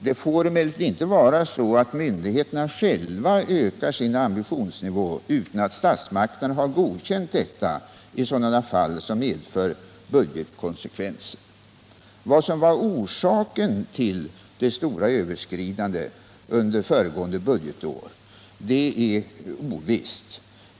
Det får emellertid inte vara så att myndigheterna själva ökar sin ambitionsnivå utan att statsmakterna har godkänt detta i sådana fall som medför budgetkonsekvenser. Vad som var orsaken till det stora överskridandet under föregående budgetår är ovisst.